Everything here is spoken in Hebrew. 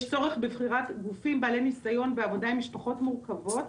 יש צורך בבחירת גופים בעלי ניסיון ועבודה עם משפחות מורחבות,